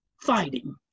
fighting